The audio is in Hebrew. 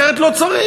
אחרת לא צריך.